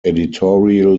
editorial